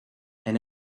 and